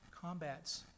combats